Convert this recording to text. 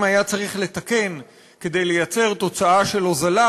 היה צריך לתקן כדי לייצר תוצאה של הוזלה,